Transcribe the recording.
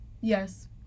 Yes